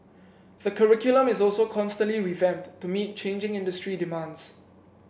the curriculum is also constantly revamped to meet changing industry demands